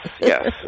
yes